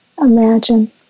imagine